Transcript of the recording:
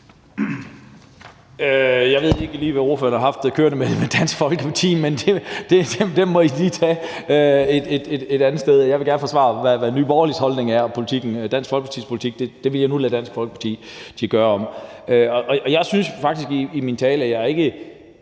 Jeg ved ikke lige, hvad ordføreren har haft kørende med Dansk Folkeparti, men den må I lige tage et andet sted. Jeg vil gerne forsvare, hvad Nye Borgerliges holdning er, og Dansk Folkepartis politik vil jeg nu lade Dansk Folkeparti om at forsvare. Jeg synes faktisk ikke, at jeg i